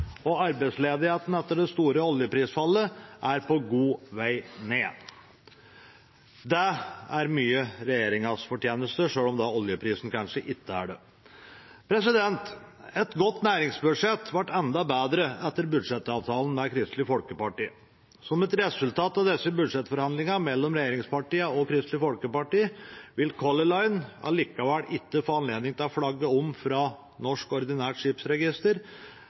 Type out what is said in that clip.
og arbeidsledigheten etter det store oljeprisfallet er på god vei ned. Det er mye regjeringens fortjeneste, selv om oljeprisen kanskje ikke er det. Et godt næringsbudsjett ble enda bedre etter budsjettavtalen med Kristelig Folkeparti. Som et resultat av budsjettforhandlingene mellom regjeringspartiene og Kristelig Folkeparti vil Color Line likevel ikke få anledning til å flagge om fra Norsk Ordinært Skipsregister